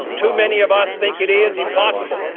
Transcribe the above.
too many of us think it is impossible.